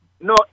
No